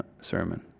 sermon